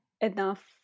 enough